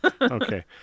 Okay